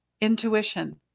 Intuition